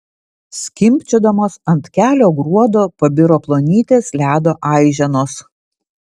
skimbčiodamos ant kelio gruodo pabiro plonytės ledo aiženos